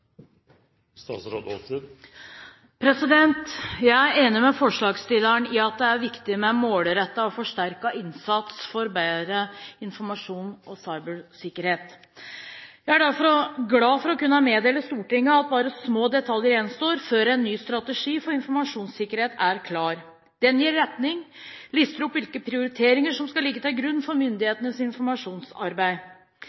viktig med målrettet og forsterket innsats for å bedre informasjons- og cybersikkerheten. Jeg er derfor glad for å kunne meddele Stortinget at bare små detaljer gjenstår før en ny strategi for informasjonssikkerhet er klar. Den gir retning og lister opp hvilke prioriteringer som skal ligge til grunn for